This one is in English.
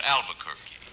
Albuquerque